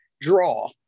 draw